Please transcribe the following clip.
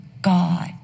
God